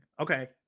Okay